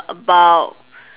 about